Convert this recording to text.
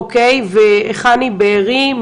אוקי וחני בארי,